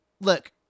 Look